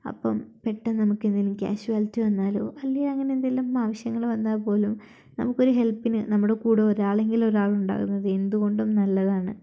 അപ്പം പെട്ടന്ന് നമ്മൾക്കെന്തെങ്കിലും ക്യാഷ്വാലിറ്റി വന്നാലോ അല്ലെങ്കിൽ അങ്ങനെയെന്തെങ്കിലും ആവിശ്യങ്ങൾ വന്നാൽ പോലും നമുക്കൊരു ഹെൽപ്പിനു നമ്മുടെകൂടെ ഒരാളെങ്കിലും ഒരാൾ ഉണ്ടാക്കുന്നത് എന്തുകൊണ്ടും നല്ലതാണ്